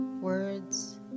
words